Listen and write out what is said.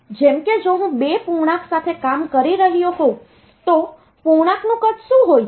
તેથી જેમ કે જો હું બે પૂર્ણાંકો સાથે કામ કરી રહ્યો હોઉં તો પૂર્ણાંકનું કદ શું હોય છે